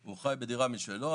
הוא חי בדירה משלו.